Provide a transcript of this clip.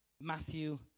Matthew